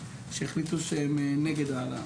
שהחליטו שהם נגד ההעלאה.